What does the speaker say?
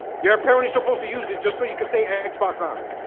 you're apparently supposed to use it just so you could say and xbox on.